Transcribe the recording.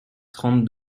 trente